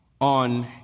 on